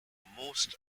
most